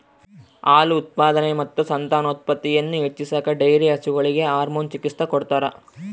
ಹಾಲು ಉತ್ಪಾದನೆ ಮತ್ತು ಸಂತಾನೋತ್ಪತ್ತಿಯನ್ನು ಹೆಚ್ಚಿಸಾಕ ಡೈರಿ ಹಸುಗಳಿಗೆ ಹಾರ್ಮೋನ್ ಚಿಕಿತ್ಸ ಕೊಡ್ತಾರ